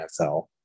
NFL